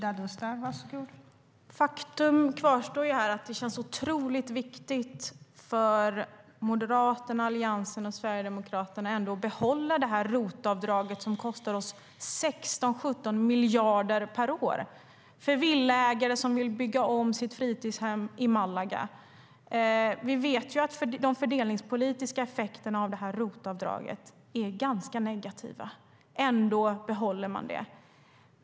Fru talman! Faktum kvarstår. Det känns otroligt viktigt för Moderaterna, Alliansen och Sverigedemokraterna att behålla det ROT-avdrag som kostar oss 16-17 miljarder per år, för villaägare som vill bygga om sitt fritidshem i Málaga. Vi vet att de fördelningspolitiska effekterna av ROT-avdraget är ganska negativa. Ändå behåller man det.